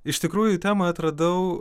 iš tikrųjų temą atradau